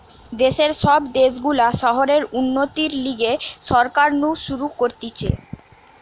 দেশের সব গুলা শহরের উন্নতির লিগে সরকার নু শুরু করতিছে